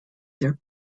their